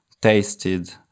tasted